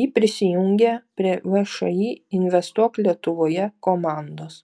ji prisijungė prie všį investuok lietuvoje komandos